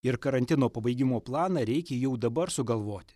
ir karantino pabaigimo planą reikia jau dabar sugalvoti